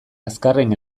azkarren